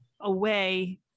away